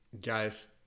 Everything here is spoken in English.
guys